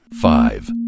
Five